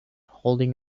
holding